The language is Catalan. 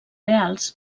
reals